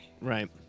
Right